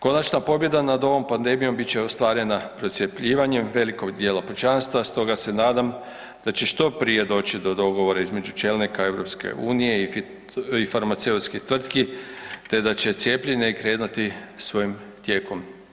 Konačna pobjeda nad ovom pandemijom bit će ostvarena procjepljivanjem velikog dijela pučanstva, stoga se nadam da će što prije doći do dogovora između čelnika EU i farmaceutskih tvrtki te da će cijepljenje krenuti svojim tijekom.